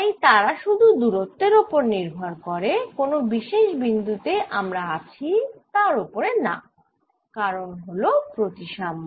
তাই তারা শুধু দুরত্বের ওপরে নির্ভর করে কোন বিশেষ বিন্দু তে আমরা আছি তার ওপরে না কারণ হল প্রতিসাম্য